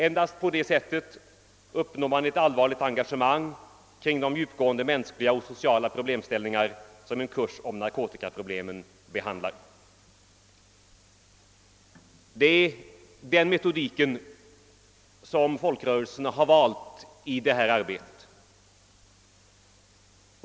Endast på det sättet uppnår man ett allvarligt engagemang kring de djupgående mänskliga och sociala problemställningar som en kurs om narkotikaproblemet behandlar. Det är den metodiken som folkrörelsen har valt i detta arbete.